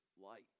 light